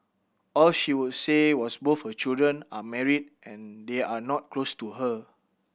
all she would say was both her children are married and they are not close to her